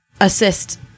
assist